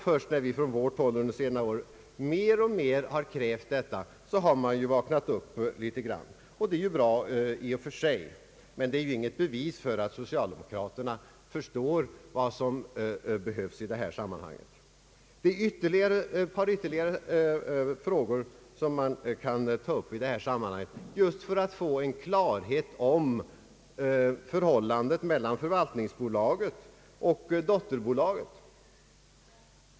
Först när vi från vårt håll mer och mer har krävt detta har man vaknat upp litet grand — och det är ju bra i och för sig, men det är inget bevis för att socialdemokraterna förstår vad som behövs i det här sammanhanget. Det finns ytterligare ett par frågor att ta upp i sammanhanget för att få klarhet om förhållandet mellan förvaltningsbolaget och dotterbolagen.